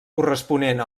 corresponent